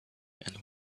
and